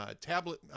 tablet